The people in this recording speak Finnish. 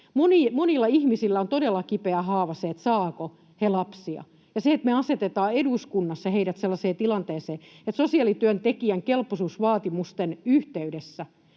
Monilla ihmisillä on todella kipeä haava se, saavatko he lapsia, ja me asetetaan eduskunnassa heidät sellaiseen tilanteeseen, että sosiaalityöntekijän kelpoisuusvaatimusten yhteydessä